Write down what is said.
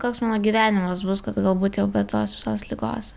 koks mano gyvenimas bus kad galbūt jau be tos visos ligos